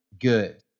good